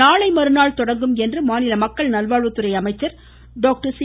நாளைமறுநாள் தொடங்கும் என்று மாநில மக்கள் நல்வாழ்வுத்துறை அமைச்சர் டாக்டர் சி